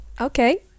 Okay